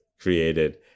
created